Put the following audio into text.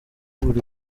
buri